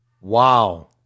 Wow